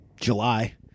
July